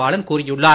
பாலன் கூறியுள்ளார்